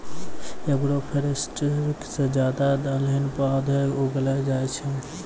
agroforestry से ज्यादा दलहनी पौधे उगैलो जाय छै